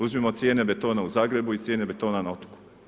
Uzmimo cijene betona u Zagrebu i cijene betona na otoku.